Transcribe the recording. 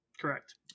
Correct